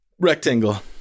rectangle